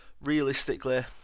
realistically